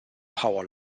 power